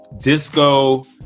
disco